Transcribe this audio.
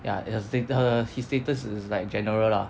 ya his err stat~ his status is like general lah